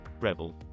Rebel